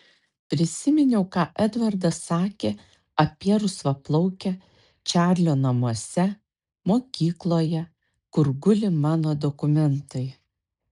prisiminiau ką edvardas sakė apie rusvaplaukę čarlio namuose mokykloje kur guli mano dokumentai